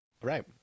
right